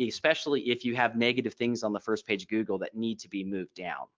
especially if you have negative things on the first page of google that need to be moved down.